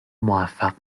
موفق